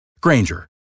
Granger